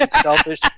selfish